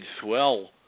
swell